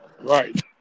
right